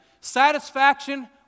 satisfaction